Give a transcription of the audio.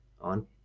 on